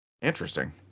interesting